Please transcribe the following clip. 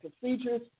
procedures